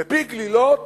בפי-גלילות